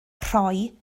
rhoi